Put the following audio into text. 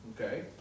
Okay